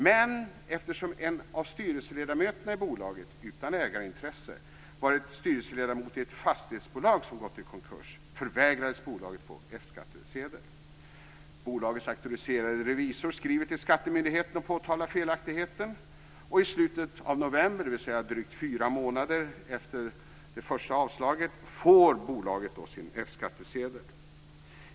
Men eftersom en av styrelseledamöterna i bolaget utan ägarintresse varit styrelseledamot i ett fastighetsbolag som gått i konkurs förvägrades bolaget en F-skattsedel. Bolagets auktoriserade revisor skriver till skattemyndigheten och påtalar felaktigheten. I slutet av november, dvs. drygt fyra månader efter det första avslaget, får bolaget sin F skattsedel.